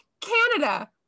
Canada